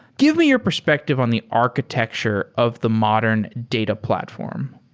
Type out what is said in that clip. give me your perspective on the architecture of the modern data platform.